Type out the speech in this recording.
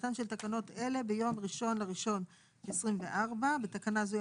תחילתן של תקנות אלה ביום 01.01.2024 (בתקנה זו,